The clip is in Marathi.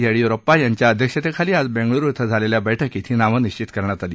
येडीय्रप्पा यांच्या अध्यक्षतेखाली आज बैंगल्रु इथं झालेल्या बैठकीत ही नावं निश्चित करण्यात आली